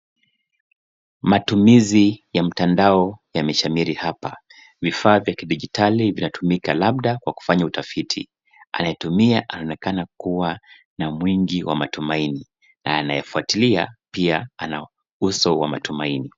Matumizi ya mtandao yameshamiri hapa. Vifaa vya kidigitali vinatumika, labda kwa kufanya utafiti, anayetumia anaonekana kuwa na mwingi wa matumaini na anayefuatulia pia ana uso wa matumaini.